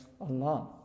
Allah